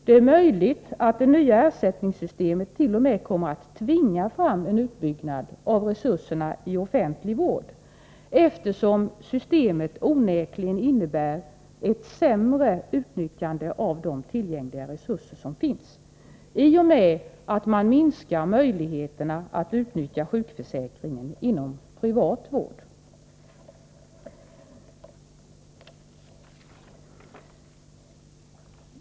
Det är möjligt att det nya ersättningssystemet t.o.m. kommer att tvinga fram en utbyggnad av resurserna i offentlig vård, eftersom systemet onekligen innebär ett sämre utnyttjande av de resurser som finns, i och med att man minskar möjligheterna att utnyttja sjukförsäkringen inom privat vård.